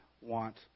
want